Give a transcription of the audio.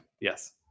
Yes